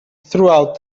throughout